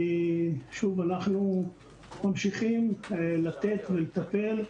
שוב, אנחנו ממשיכים לתת ולטפל.